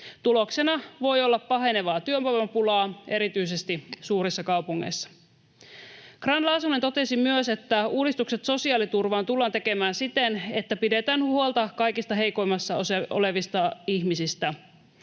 Tuloksena voi olla pahenevaa työvoimapulaa erityisesti suurissa kaupungeissa. Grahn-Laasonen totesi myös, että uudistukset sosiaaliturvaan tullaan tekemään siten, että pidetään huolta kaikista heikoimmassa asemassa olevista ihmisistä.